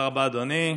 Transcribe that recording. תודה רבה, אדוני.